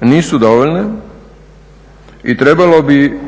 nisu dovoljne i trebalo bi,